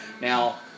Now